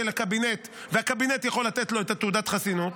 לקבינט והקבינט יכול לתת לו את תעודת החסינות,